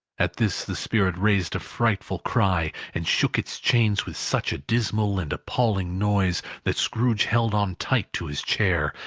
at this the spirit raised a frightful cry, and shook its chain with such a dismal and appalling noise, that scrooge held on tight to his chair,